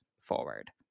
forward